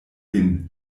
vin